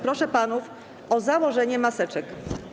Proszę panów o założenie maseczek.